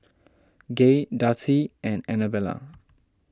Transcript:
Gaye Darci and Anabella